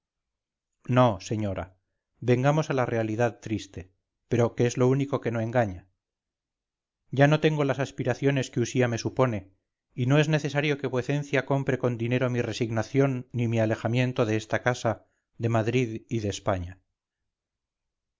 no señora vengamos a la realidad triste pero que es lo único que no engaña ya no tengo las aspiraciones que usía me supone y no es necesario que vuecencia compre con dinero mi resignación ni mi alejamiento de esta casa de madrid y de españa